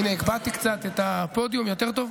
הינה הגבהתי קצת את הפודיום, יותר טוב?